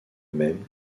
même